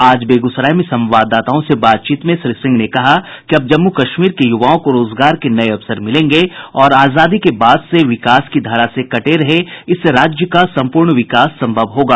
आज बेगूसराय में संवाददाताओं से बातचीत में श्री सिंह ने कहा कि अब जम्मू कश्मीर के युवाओं को रोजगार के नये अवसर मिलेंगे और आजादी के बाद से विकास की धारा से कटे रहे इस राज्य का संपूर्ण विकास संभव होगा